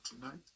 tonight